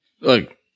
Look